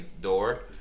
door